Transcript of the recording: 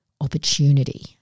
opportunity